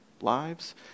lives